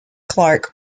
clarke